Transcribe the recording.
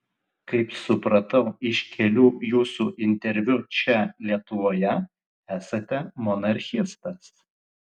kaip supratau iš kelių jūsų interviu čia lietuvoje esate monarchistas